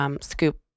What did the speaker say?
Scoop